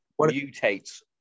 mutates